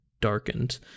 darkened